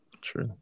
True